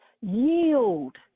yield